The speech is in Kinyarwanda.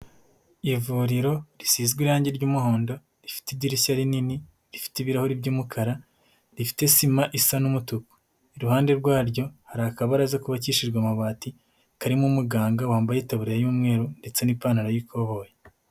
Ivuriro risizwe irangi ry'umuhondo, rifite idirishya rinini, rifite ibirahuri by'umukara, rifite sima isa n'umutuku. Iruhande rwaryo hari akabaraza kubabakishijwe amabati, karimo umuganga wambaye itaburiya y'umweru ndetse n'ipantaro y'ikoboyi.